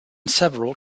several